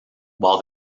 while